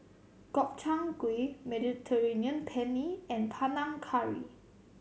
Gobchang Gui Mediterranean Penne and Panang Curry